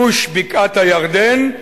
גוש בקעת-הירדן,